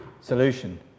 solution